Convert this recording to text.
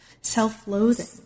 self-loathing